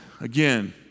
again